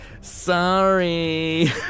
Sorry